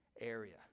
area